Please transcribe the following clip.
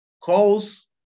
calls